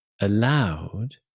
allowed